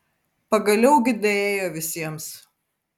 pagaliau gi daėjo visiems